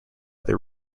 their